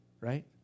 right